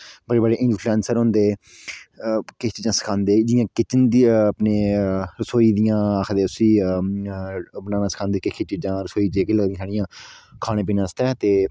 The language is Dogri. बड़े बड़े इंफ्लूऐंसर होंदे किश चीज़ां सखांदे जियां किचन दी अपने रसोई दियां उसी आक्खदे उसी बनाना सखांदे कुछ कुछ चीजां रसोई लगदियां साढ़ियां खाने पीने आस्तै ते